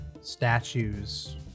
statues